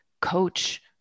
coach